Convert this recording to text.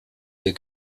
ihr